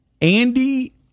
Andy